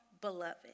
beloved